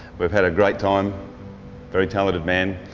we've had a great time. a very talented man.